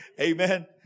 Amen